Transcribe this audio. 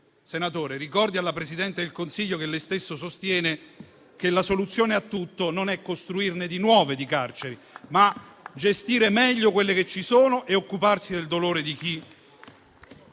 dovrebbe ricordare alla Presidente del Consiglio - che lui stesso sostiene - che la soluzione a tutto non è costruire nuove carceri, ma gestire meglio quelle che ci sono e occuparsi del dolore di chi